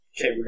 okay